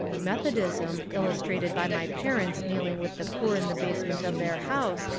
meth odism, illustrated by my parents kneeling with the poor in the basement of their house,